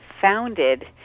founded